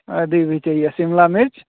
आदी भी चाहिए शिमला मिर्च